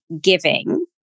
giving